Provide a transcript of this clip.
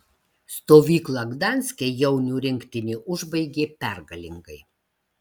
stovyklą gdanske jaunių rinktinė užbaigė pergalingai